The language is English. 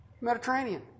Mediterranean